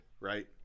right